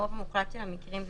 ברוב המוחלט של המקרים,